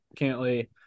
Cantley